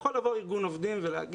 יכול לבוא ארגון עובדים ולומר